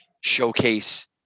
showcase